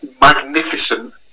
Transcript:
magnificent